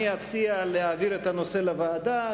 אני אציע להעביר את הנושא לוועדה,